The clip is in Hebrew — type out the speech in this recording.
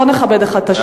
בוא ונכבד אחד את השני.